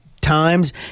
times